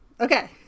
Okay